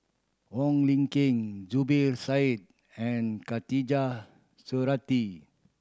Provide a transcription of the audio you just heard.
Wong Lin Ken Zubir Said and Khatijah Surattee